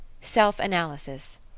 SELF-ANALYSIS